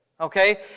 Okay